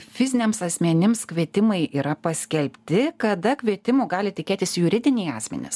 fiziniams asmenims kvietimai yra paskelbti kada kvietimų gali tikėtis juridiniai asmenys